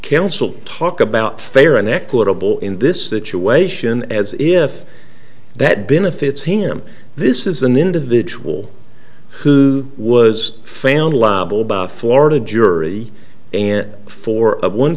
counsel talk about fair and equitable in this situation as if that benefits him this is an individual who was found liable about a florida jury in for a one